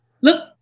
look